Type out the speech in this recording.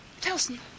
Telson